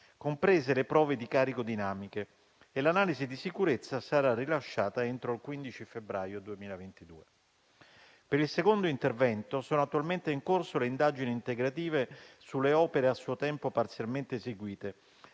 comprese le prove di carico dinamiche e l'analisi di sicurezza sarà rilasciata entro il 15 febbraio 2022. Per il secondo intervento sono attualmente in corso le indagini integrative sulle opere a suo tempo parzialmente eseguite